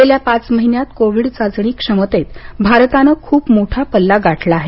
गेल्या पाच महिन्यांत कोविड चाचणी क्षमतेत भारतानं खूप मोठा पल्ला गाठला आहे